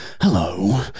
Hello